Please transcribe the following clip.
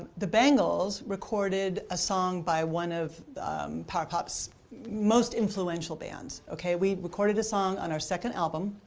the bangles recorded a song by one of power pop's most influential bands. ok. we recorded a song on our second album.